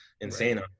insane